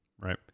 Right